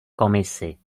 komisi